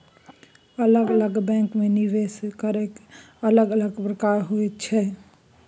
अलग अलग बैंकमे निवेश केर अलग अलग प्रकार होइत छै